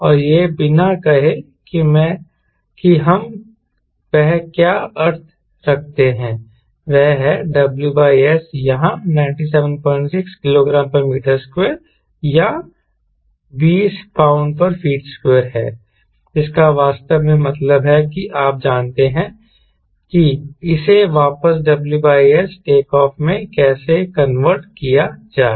और यह बिना कहे है कि हम वहां क्या अर्थ रखते हैं वह है WS यहां 976 kgm2 या 20 lbft2 है जिसका वास्तव में मतलब है कि आप जानते हैं कि इसे वापस WS टेक ऑफ में कैसे कन्वर्ट किया जाए